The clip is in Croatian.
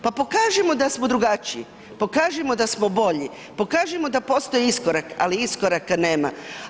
Pa pokažimo da smo drugačiji, pokažimo da smo bolji, pokažimo da postoji iskorak, ali iskoraka nema.